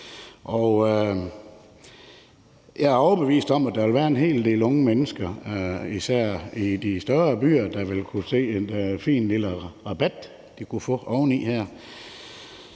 jeg er overbevist om, at der vil være en hel del unge mennesker, især de større byer, der vil kunne se en fin lille rabat, de kunne få oveni her.